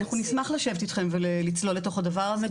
אנחנו נשמח לשבת איתך ולצלול לתוך הדבר הזה,